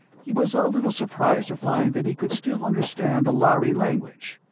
he was a little surprised to find that he could still understand the lhari language.